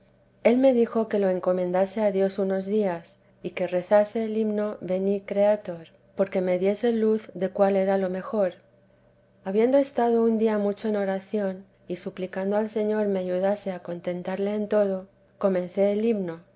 el me dijo que lo encomendase a dios unos días y que rezase el himno veni creator porque me diese luz de cuál era lo mejor habiendo estado un día mucho en oración y suplicando al señor me ayudase a contentarle en todo comencé el himno